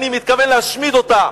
אני מתכוון להשמיד אותה